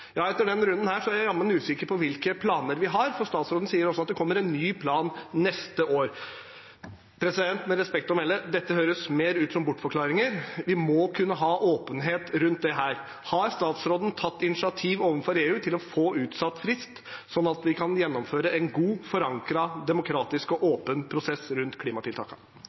Etter denne runden er jeg jammen usikker på hvilke planer vi har, for statsråden sier også at det kommer en ny plan neste år. Med respekt å melde: Dette høres mer ut som bortforklaringer. Vi må kunne ha åpenhet rundt dette. Har statsråden tatt initiativ overfor EU til å få utsatt frist, sånn at vi kan gjennomføre en god, forankret, demokratisk og åpen prosess rundt